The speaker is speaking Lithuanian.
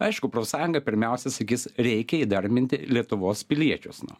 aišku profsąjunga pirmiausia sakys reikia įdarbinti lietuvos piliečius nu